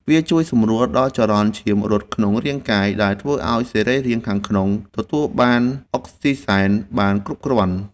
វាជួយសម្រួលដល់ចរន្តឈាមរត់ក្នុងរាងកាយ ដែលធ្វើឱ្យសរីរាង្គខាងក្នុងទទួលបានអុកស៊ីហ្សែនបានគ្រប់គ្រាន់។